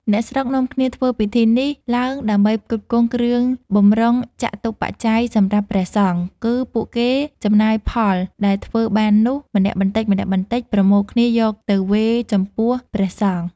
អ្នកស្រុកនាំគ្នាធ្វើពិធីនេះឡើងដើម្បីផ្គត់ផ្គង់គ្រឿងបម្រុងចតុប្បច្ច័យសម្រាប់ព្រះសង្ឃ គឺពួកគេចំណាយផលដែលធ្វើបាននោះ ម្នាក់បន្តិចៗប្រមូលគ្នាយកទៅវេរចំពោះព្រះសង្ឃុ។